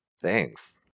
Thanks